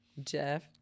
Jeff